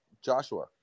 Joshua